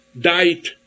died